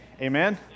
Amen